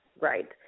right